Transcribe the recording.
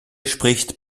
spricht